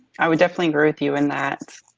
i would definitely agree with you in that,